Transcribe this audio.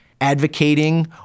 advocating